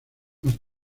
más